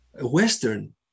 Western